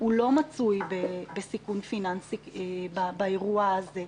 הוא לא מצוי בסיכון פיננסי באירוע הזה,